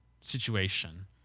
situation